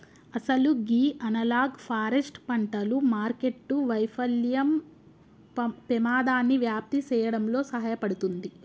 అసలు గీ analog forest పంటలు మార్కెట్టు వైఫల్యం పెమాదాన్ని వ్యాప్తి సేయడంలో సహాయపడుతుంది